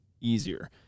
easier